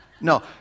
no